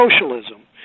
socialism